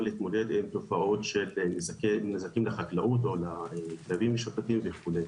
להתמודד עם תופעות של נזקים לחקלאות או כלבים משוטטים וכו'.